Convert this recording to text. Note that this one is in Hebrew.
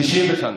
בשנה,